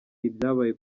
ibyabaye